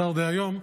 השר דהיום,